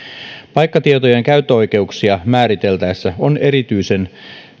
paikkatietojen käyttöoikeuksia määriteltäessä on erityisen